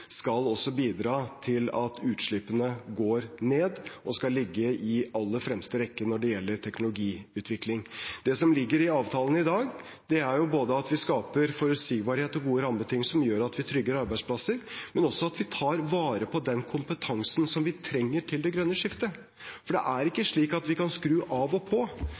skal også bidra til at utslippene går ned, og de skal ligge i aller fremste rekke når det gjelder teknologiutvikling. Det som ligger i avtalen i dag, er at vi skaper både forutsigbarhet og gode rammebetingelser som gjør at vi trygger arbeidsplasser, men også at vi tar vare på den kompetansen som vi trenger til det grønne skiftet, for det er ikke slik at vi kan skru av og på.